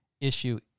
issue